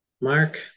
Mark